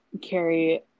carry